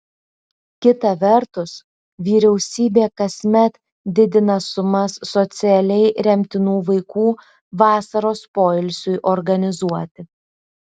kita vertus vyriausybė kasmet didina sumas socialiai remtinų vaikų vasaros poilsiui organizuoti